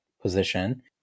Position